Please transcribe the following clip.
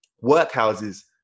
workhouses